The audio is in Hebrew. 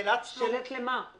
הייתי שמח לנזוף באגף התקציבים,